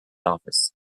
office